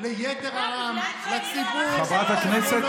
זה תעמולה,